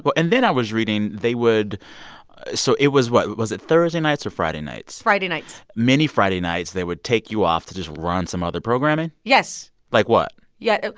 but and then i was reading they would so it was what? was it thursday nights or friday nights? friday nights many friday nights, they would take you off to just run some other programming yes like what? yeah.